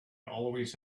always